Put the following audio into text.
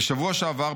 "בשבוע שעבר,